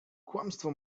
kłamstwo